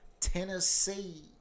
Tennessee